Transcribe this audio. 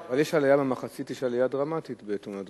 31, אבל יש עלייה דרמטית בתאונות הדרכים במחצית.